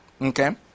okay